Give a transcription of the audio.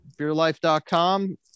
BeerLife.com